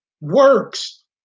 works